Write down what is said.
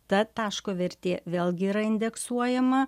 ta taško vertė vėlgi yra indeksuojama